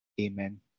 Amen